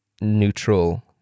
neutral